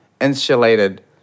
insulated